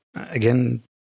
again